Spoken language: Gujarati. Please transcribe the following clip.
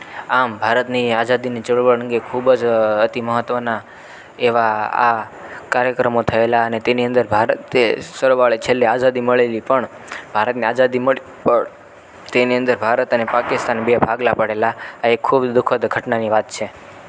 આમ ભારતની આઝાદીની ચળવળ અંગે ખૂબ જ અતિ મહત્ત્વનાં એવા આ કાર્યક્રમો થએલા અને તેની અંદર ભારતે સરવાળે છેલ્લે આઝાદી મળેલી પણ ભારતને આઝાદી મળી તેની અંદર ભારત અને પાકિસ્તાન બે ભાગલા પડેલા આ એક ખૂબ દુઃખદ ઘટનાની વાત છે